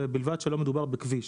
ובלבד שלא מדובר בכביש,